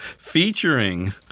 featuring